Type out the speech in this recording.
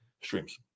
streams